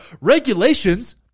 Regulations